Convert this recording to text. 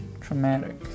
traumatic